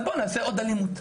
אז בואו נעשה עוד אלימות.